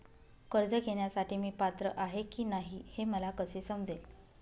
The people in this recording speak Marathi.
कर्ज घेण्यासाठी मी पात्र आहे की नाही हे मला कसे समजेल?